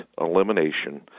elimination